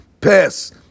pass